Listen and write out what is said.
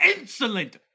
insolent